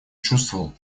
чувствовал